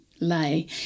lay